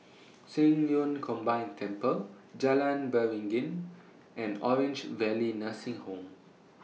Qing Yun Combined Temple Jalan Beringin and Orange Valley Nursing Home